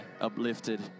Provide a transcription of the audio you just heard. uplifted